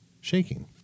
shaking